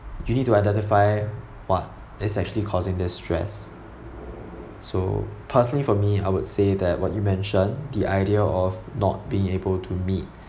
you need to identify what is actually causing this stress so personally for me I would say that what you mentioned the idea of not being able to meet